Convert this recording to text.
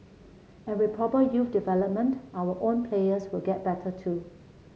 and with proper youth development our own players will get better too